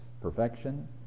perfection